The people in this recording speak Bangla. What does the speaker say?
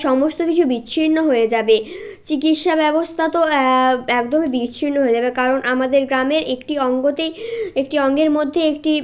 সমস্ত কিছু বিচ্ছিন্ন হয়ে যাবে চিকিৎসা ব্যবস্থা তো একদমই বিচ্ছিন্ন হয়ে যাবে কারণ আমাদের গ্রামের একটি অঙ্গতেই একটি অঙ্গের মধ্যে একটি